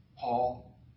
Paul